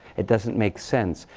it doesn't make sense.